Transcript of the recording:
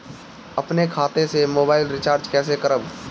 अपने खाता से मोबाइल रिचार्ज कैसे करब?